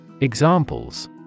Examples